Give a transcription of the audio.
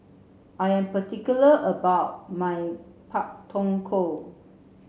I am particular about my Pak Thong Ko